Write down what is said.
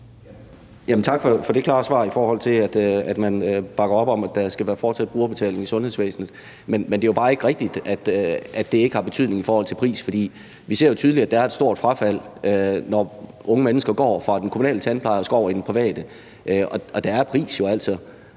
tak for det klare svar, i forhold til at man bakker op om, at der fortsat skal være brugerbetaling i sundhedsvæsenet. Men det er bare ikke rigtigt, at det ikke har betydning i forhold til pris, for vi ser jo tydeligt, at der er et stort frafald, når unge mennesker går fra den kommunale tandpleje og skal over til den private. Og der er pris jo altså